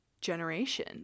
generation